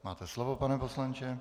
Máte slovo, pane poslanče.